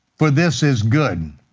for this is good.